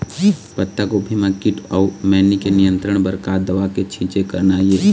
पत्तागोभी म कीट अऊ मैनी के नियंत्रण बर का दवा के छींचे करना ये?